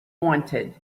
wanted